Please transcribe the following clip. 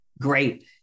great